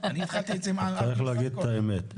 צריך להגיד את האמת.